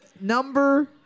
number